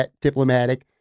diplomatic